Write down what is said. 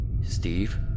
Steve